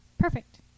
Perfect